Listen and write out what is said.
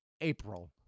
April